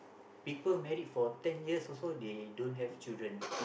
people married for ten years also they don't have children